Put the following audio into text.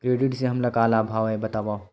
Credit से हमला का लाभ हे बतावव?